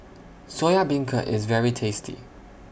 Soya Beancurd IS very tasty